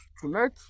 tonight